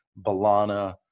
Balana